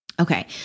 Okay